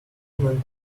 woman